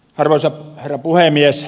arvoisa herra puhemies